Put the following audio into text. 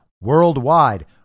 worldwide